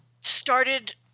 started